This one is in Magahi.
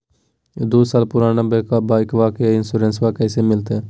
दू साल पुराना बाइकबा के इंसोरेंसबा कैसे मिलते?